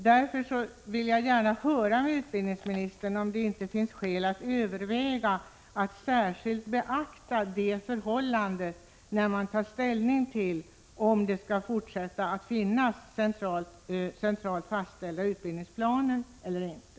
Därför vill jag gärna höra, utbildningsministern, om det inte finns skäl att överväga att särskilt beakta det förhållandet, när man tar ställning till om det även i fortsättningen skall finnas centralt fastställda utbildningsplaner eller inte.